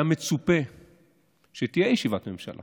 היה מצופה שתהיה ישיבת ממשלה